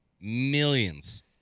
millions